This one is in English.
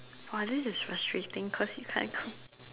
oh this is frustrating cause you can't count